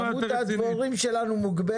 כמות הדבורים שלנו מוגבלת.